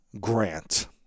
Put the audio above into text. grant